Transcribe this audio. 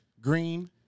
green